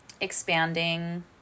expanding